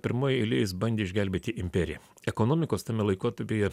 pirmoj eilėj jis bandė išgelbėti imperiją ekonomikos tame laikotapyje